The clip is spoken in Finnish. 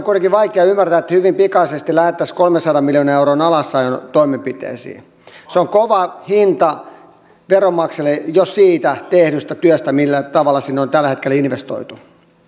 kuitenkin vaikea ymmärtää että hyvin pikaisesti lähdettäisiin kolmensadan miljoonan euron alasajon toimenpiteisiin se on kova hinta veronmaksajille jo siitä tehdystä työstä millä tavalla sinne on tällä hetkellä investoitu